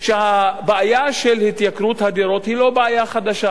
שהבעיה של התייקרות הדירות היא לא בעיה חדשה,